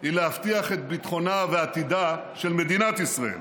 היא להבטיח את ביטחונה ועתידה של מדינת ישראל.